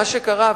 מה שקרה,